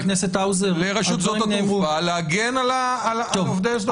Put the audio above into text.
לרשות שדות התעופה להגן על עובדי שדות התעופה.